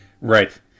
Right